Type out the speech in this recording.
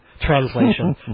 translation